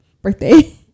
birthday